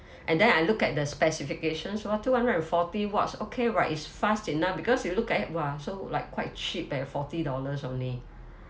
and then I look at the specifications for two hundred and forty watts okay right is fast enough because you look at it !wah! so like quite cheap eh forty dollars only